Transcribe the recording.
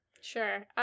Sure